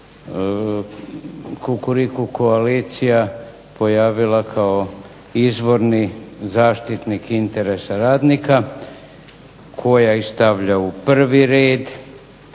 Kukuriku koalicija pojavila kao izvorni zaštitnik interesa radnika koja stavlja u prvi red